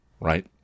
right